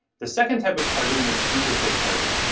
the second type of targeting is interest-based targeting.